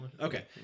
Okay